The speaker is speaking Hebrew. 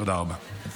תודה רבה.